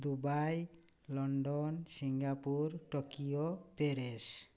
Dubai London Singapore Tokyo Paris